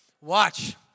Watch